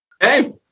Hey